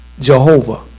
Jehovah